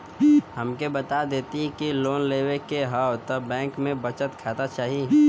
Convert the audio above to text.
हमके बता देती की लोन लेवे के हव त बैंक में बचत खाता चाही?